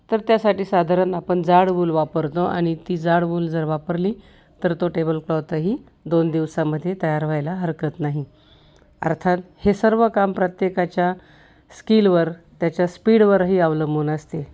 तर त्यासाठी साधारण आपण जाड वूल वापरतो आणि ती जाड वूल जर वापरली तर तो टेबल क्लॉतही दोन दिवसामध्ये तयार व्हायला हरकत नाही अर्थात हे सर्व काम प्रत्येकाच्या स्किलवर त्याच्या स्पीडवरही अवलंबून असते